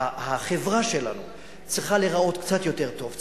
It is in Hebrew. יכול להיות שהחברה שלנו צריכה להיראות קצת יותר טוב,